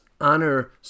honor